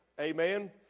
Amen